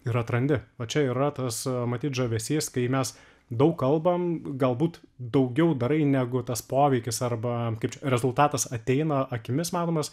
ir atrandi va čia ir yra tas matyt žavesys kai mes daug kalbam galbūt daugiau darai negu tas poveikis arba kaip čia rezultatas ateina akimis matomas